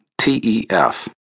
TEF